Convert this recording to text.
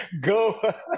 go